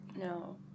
No